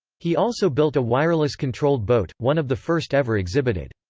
he also built a wireless-controlled boat, one of the first ever exhibited.